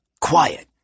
quiet